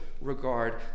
regard